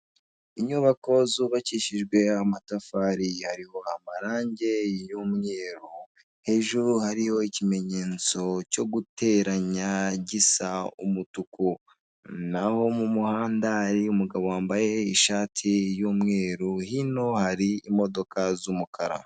Inyubako zubakishijwe amatafari hariho amarange y'umweru hejuru hariho ikimenyetso cyo guteranya gisa umutuku, n'aho mu muhanda hari umugabo wambaye ishati y'umweru hino hari imodoka z'umukara.